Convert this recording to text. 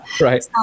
Right